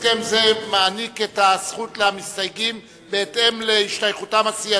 הסכם זה מעניק את הזכות למסתייגים בהתאם להשתייכותם הסיעתית,